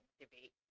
debate